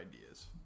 ideas